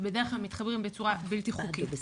ובדרך כלל מתחברים בצורה בלתי חוקית.